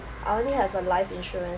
I only have a life insurance